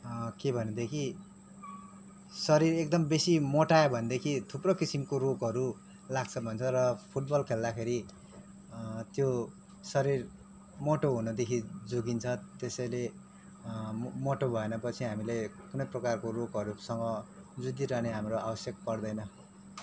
के भनेदेखि शरीर एकदम बेसी मोटायो भनेदेखि थुप्रो किसिमको रोगहरू लाग्छ भन्छ र फुटबल खेल्दाखेरि त्यो शरीर मोटो हुनदेखि जोगिन्छ त्यसैले मोटो भएन पछि हामीले कुनै प्रकारको रोगहरूसँग जुधिरहने हाम्रो आवश्यक पर्दैन